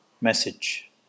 message